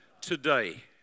today